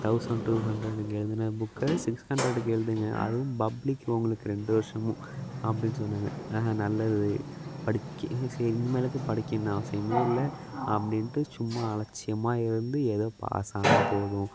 thousand two ஹண்ட்ரேடுக்கு எழுதுன புக்கை சிக்ஸ் ஹான்ட்ரேடுக்கு எழுதுங்க அதுவும் பப்ளிக் உங்களுக்கு ரெண்டு வருஷமும் அப்படின்னு சொன்னாங்க ஆஹ நல்லது படிக்க சரி இனிமேலுக்கு படிக்கன்னு அவசியமே இல்லை அப்படின்ட்டு சும்மா அலட்சியமாக இருந்து ஏதோ பாஸானால் போதும்